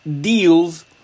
deals